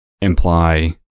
imply